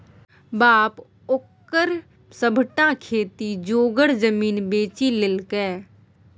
बाप ओकर सभटा खेती जोगर जमीन बेचि लेलकै